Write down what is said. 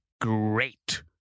Great